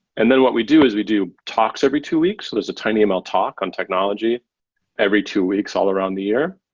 and then what we do is we do talks every two weeks. there's a tinyml talk on technology every two weeks all around the year.